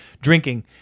drinking